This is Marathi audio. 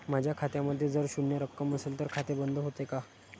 माझ्या खात्यामध्ये जर शून्य रक्कम असेल तर खाते बंद होते का?